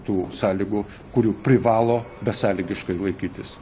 tų sąlygų kurių privalo besąlygiškai laikytis